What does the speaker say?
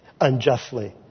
unjustly